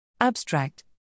Abstract